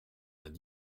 vingt